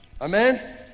amen